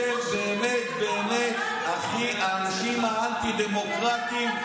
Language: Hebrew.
ואתם באמת האנשים הכי אנטי-דמוקרטיים.